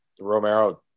romero